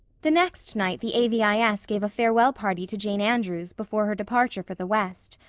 the next night the a v i s. gave a farewell party to jane andrews before her departure for the west.